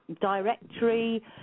Directory